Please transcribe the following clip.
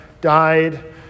died